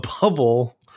bubble